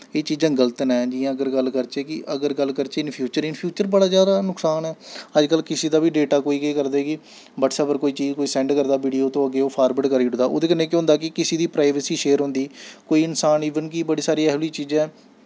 एह् चीजां गल्त न जि'यां अगर गल्ल करचै कि अगर गल्ल करचै इन फ्यूचर इन फ्यूचर बड़ा जैदा नुक्सान ऐ अजकल्ल किसै दा बी डेटा कोई केह् करदे कि ब्हटसैप पर कोई चीज कोई सैंड्ड करदा वीडियो ते ओह् अग्गें ओह् फार्बड करी ओड़दा ओह्दे कन्नै केह् होंदा कि किसै दी प्राइवेसी शेयर होंदी कोई इंसान ईवन कि बड़ी सारी एहो जेही चीजें दा